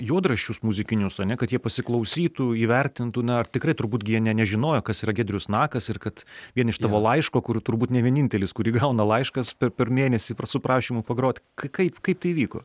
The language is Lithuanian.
juodraščius muzikinius ane kad jie pasiklausytų įvertintų na ar tikrai turbūt gi jie ne ne nežinojo kas yra giedrius nakas ir kad vien iš tavo laiško kur turbūt ne vienintelis kurį gauna laiškas per per mėnesį su prašymu pagrot kaip kaip tai įvyko